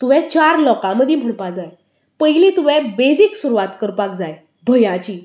तुवें चार लोकां मदीं म्हणपा जाय पयलीं तुवें बेसीक सुरवात करपाक जाय भंयाची